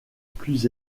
plus